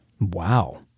Wow